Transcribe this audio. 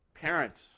parents